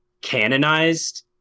canonized